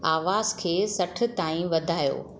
आवाज़ु खे सठि ताईं वधायो